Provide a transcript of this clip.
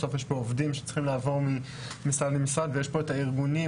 בסוף יש פה עובדים שצריכים לעבור ממשרד למשרד ויש פה את הארגונים,